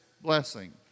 blessing